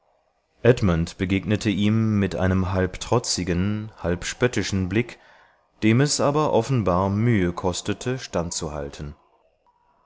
edmund begegnete ihm mit einem halb trotzigen halb spöttischen blick dem es aber offenbar mühe kostete